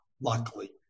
luckily